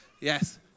Yes